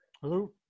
Hello